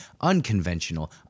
unconventional